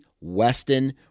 Weston